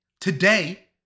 Today